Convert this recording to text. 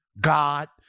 God